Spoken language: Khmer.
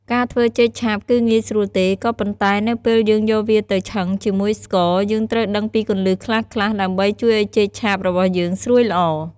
ការធ្វើចេកឆាបគឺងាយស្រួលទេ ក៏ប៉ុន្តែ នៅពេលយើងយកវាទៅឆឹងជាមួយស្ករ យើងត្រូវដឹងពីគន្លឹះខ្លះៗ ដើម្បីជួយឲ្យចេកឆាបរបស់យើងស្រួយល្អ។